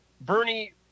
Bernie